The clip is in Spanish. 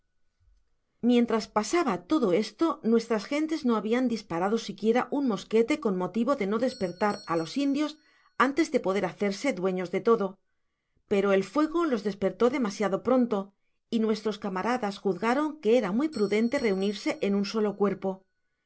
mientras pasaba todo esto nuestras gentes do habian disparado siquiera un mosquete con motivo de no despertar ios indios antes de poder hacerse dueños de todo pero el fuego los despertó demasiado pronto y nuestros camaradas juzgaron que era muy prudente reunirse en un solo cuerpo